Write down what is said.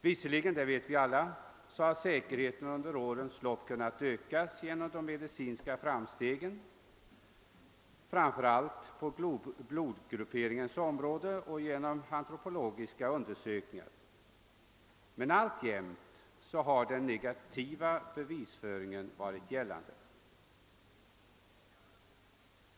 Visserligen har säkerheten under årens lopp kunnat ökas — det vet vi alla — genom de medicinska framstegen framför allt på blodgrupperingens område och genom antropologiska undersökningar. Men alltjämt har den negativa bevisföringen gällt.